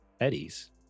eddie's